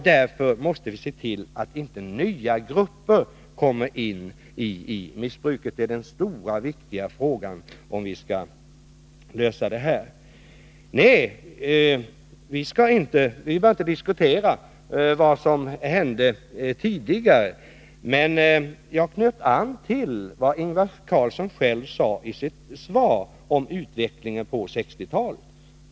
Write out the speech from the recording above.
Därför måste vi se till att inte nya grupper kommer in i missbruket. Detta är den stora, viktiga frågan, om vi skall kunna lösa detta problem. Nej, vi bör inte diskutera vad som hände tidigare. Men jag anknöt till vad Ingvar Carlsson själv sade i sitt svar om utvecklingen på 1960-talet.